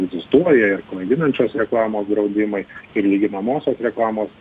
egzistuoja ir klaidinančios reklamos draudimai ir lyginamosios reklamos